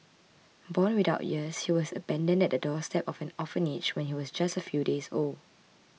born without ears he was abandoned at the doorstep of an orphanage when he was just a few days old